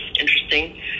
interesting